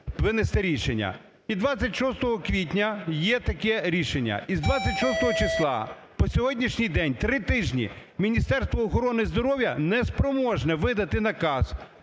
винести рішення. І 26 квітня є таке рішення. І з 26 числа по сьогоднішній день три тижні Міністерство охорони здоров'я не спроможне видати наказ